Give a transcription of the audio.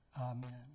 Amen